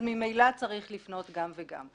אז ממילא צריך לפנות גם וגם.